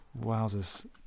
wowzers